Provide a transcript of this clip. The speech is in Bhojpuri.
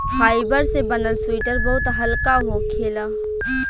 फाइबर से बनल सुइटर बहुत हल्का होखेला